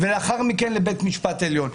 ולאחר מכן לבית משפט עליון.